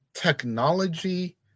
technology